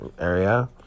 area